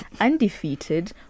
undefeated